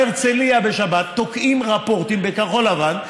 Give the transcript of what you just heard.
גם בהרצליה בשבת תוקעים רפורטים בכחול-לבן.